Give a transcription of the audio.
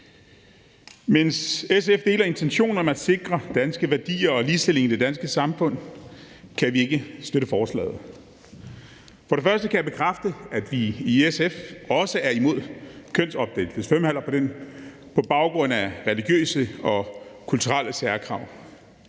om SF deler intentionen om at sikre danske værdier og ligestilling i det danske samfund, kan vi ikke støtte forslaget. For det første kan jeg bekræfte, at vi i SF også er imod kønsopdelte svømmehaller på baggrund af religiøse og kulturelle særkrav.